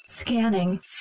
Scanning